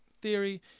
theory